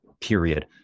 period